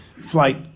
flight